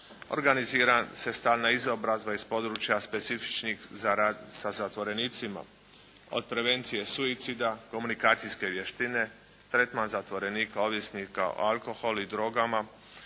Organizira se stalna izobrazba iz područja specifičnih za rad sa zatvorenicima, od prevencije suicida, komunikacijske vještine, tretman zatvorenika ovisnika o alkoholu i drogama,